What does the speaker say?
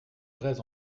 vrais